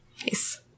Nice